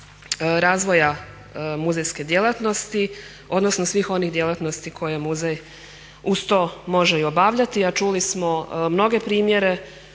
razvoja muzejske djelatnosti, odnosno svih onih djelatnosti koje muzej uz to može i obavljati. A čuli smo mnoge primjere